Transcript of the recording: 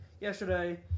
Yesterday